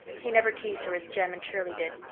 he never teased her as jem and shirley did.